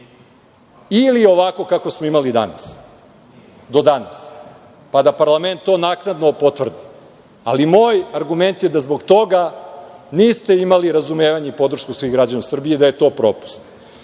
ili ovako kako smo imali do danas, pa da to parlament to naknadno potvrdi. Ali moj argument je da zbog toga niste imali razumevanje i podršku svih građana Srbije i da je to propust. Ja